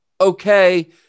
okay